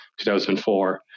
2004